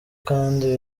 kandi